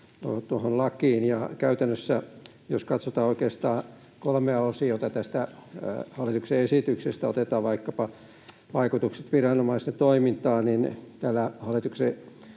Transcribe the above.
lakiin. Jos katsotaan käytännössä kolmea osiota tästä hallituksen esityksestä: Otetaan vaikkapa vaikutukset viranomaisten toimintaan: Tällä hallituksen